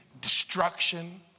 destruction